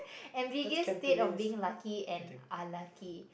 ambiguous state of being lucky and unlucky